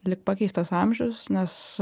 lyg pakeistas amžius nes